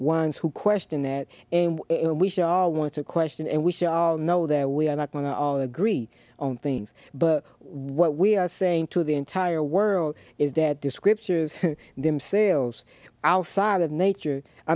ones who question that we should all want to question and we should all know there we are not going to all agree on things but what we are saying to the entire world is that this scriptures themselves outside of nature i